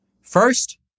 First